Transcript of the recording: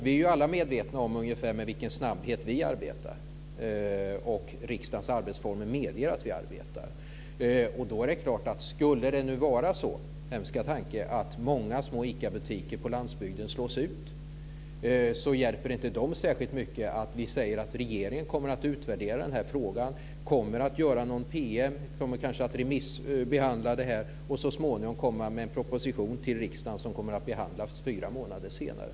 Vi är alla medvetna om med vilken snabbhet riksdagens arbetsformer medger att vi arbetar. Skulle det nu vara så - hemska tanke - att många små ICA butiker på landsbygden slås ut hjälper det inte dem särskilt mycket om vi säger att regeringen kommer att utvärdera frågan. Man kommer kanske att upprätta någon PM och remissbehandla ärendet. Så småningom kan det föreligga en proposition till riksdagen som behandlas fyra månader senare.